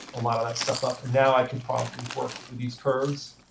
a lot of that stuff up. now i could probably and work with these curves,